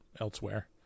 elsewhere